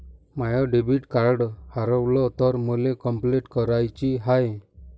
माय debit card हारवल तर मले कंपलेंट कराची हाय